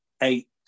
eight